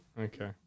Okay